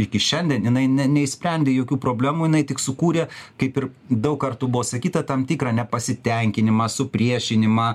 iki šiandien jinai ne neišsprendė jokių problemų jinai tik sukūrė kaip ir daug kartų buvo sakyta tam tikrą nepasitenkinimą supriešinimą